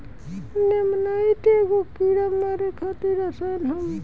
नेमानाइट एगो कीड़ा मारे खातिर रसायन होवे